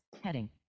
heading